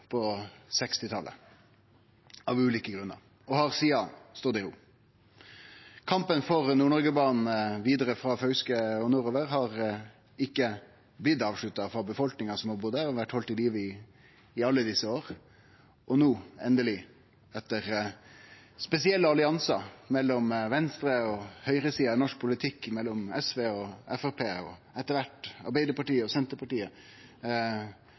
på 1960-talet av ulike grunnar og har sidan stått i ro. Kampen for Nord-Noreg-banen vidare frå Fauske og nordover har ikkje blitt avslutta for befolkninga som bur der, og har blitt halden i live i alle desse åra, og no, endeleg, etter spesielle alliansar mellom venstre- og høgresida i norsk politikk, mellom SV og Fremskrittspartiet og etter kvart Arbeiderpartiet og Senterpartiet,